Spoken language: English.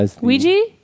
Ouija